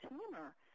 tumor